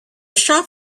shop